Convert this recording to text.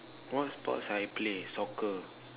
what sports I play soccer